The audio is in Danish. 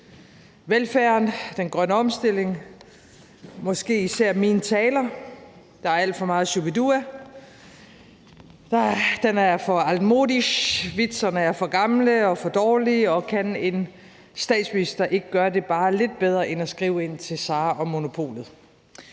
velfærden, den grønne omstilling og måske især mine taler – der er alt for meget Shu-bi-dua, den er for altmodisch, vitserne er for gamle og for dårlige, og kan en statsminister ikke gøre det bare lidt bedre end at skrive ind til Sara & Monopolet?